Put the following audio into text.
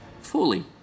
fully